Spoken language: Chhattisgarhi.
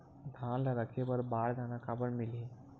धान ल रखे बर बारदाना काबर मिलही?